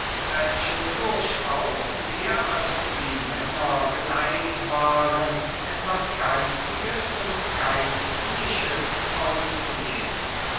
welche durchaus mehr als die männer geneigt waren etwas geistiges und geistliches aufzunehmen